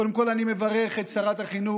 קודם כול, אני מברך את שרת החינוך